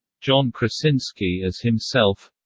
john krasinski as himself